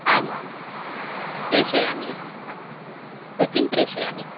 आमां प्रेषयामि अहं हा सूचीं प्रेषयामि